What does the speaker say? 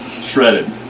shredded